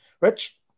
Rich